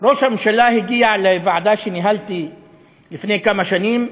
ראש הממשלה הגיע לוועדה שניהלתי לפני כמה שנים,